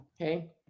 Okay